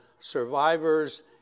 survivors